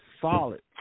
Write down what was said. solid